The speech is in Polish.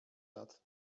lat